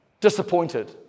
disappointed